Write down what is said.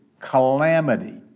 calamity